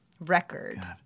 record